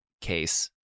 case